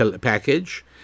Package